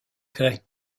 gray